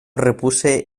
repuse